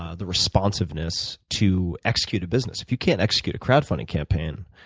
ah the responsiveness to execute a business. if you can't execute a crowdfunding campaign,